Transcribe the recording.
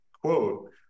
quote